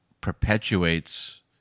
perpetuates